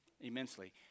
Immensely